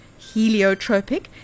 heliotropic